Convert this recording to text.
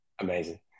Amazing